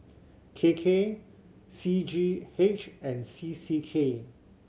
K K C G H and C C K